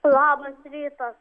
labas rytas